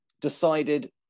decided